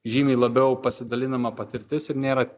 žymiai labiau pasidalinama patirtis ir nėra